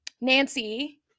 Nancy